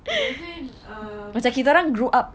it doesn't um